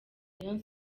rayon